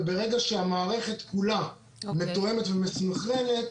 וברגע שהמערכת כולה מתואמת ומסונכרנת,